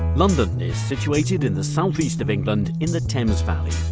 london is situated in the south-east of england in the thames valley.